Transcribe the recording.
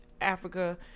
Africa